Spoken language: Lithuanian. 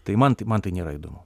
tai man tai man tai nėra įdomu